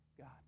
God